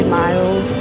miles